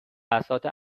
بساط